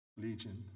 Legion